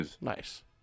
Nice